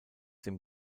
dem